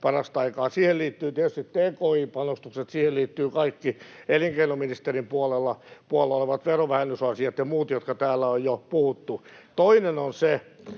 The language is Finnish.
parasta aikaa. Siihen liittyvät tietysti tki-panostukset. Siihen liittyvät kaikki elinkeinoministerin puolella olevat verovähennysasiat ja muut, jotka täällä on jo puhuttu. Toinen on se,